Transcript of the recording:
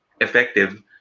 effective